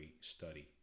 Study